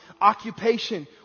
occupation